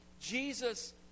Jesus